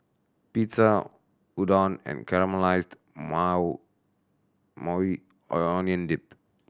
Pizza Udon and Caramelized Maui Onion Dip